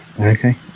Okay